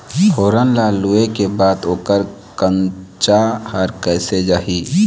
फोरन ला लुए के बाद ओकर कंनचा हर कैसे जाही?